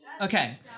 Okay